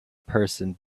person